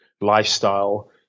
lifestyle